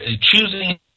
choosing